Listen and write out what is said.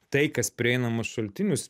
tai kas prieinamus šaltinius